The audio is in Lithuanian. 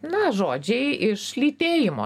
na žodžiai iš lytėjimo